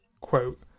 quote